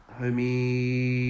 homie